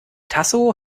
tasso